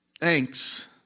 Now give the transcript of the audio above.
thanks